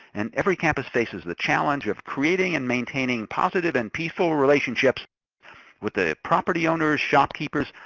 and every campus faces the challenge of creating and maintaining positive and peaceful relationships with the property owners, shopkeepers,